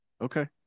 Okay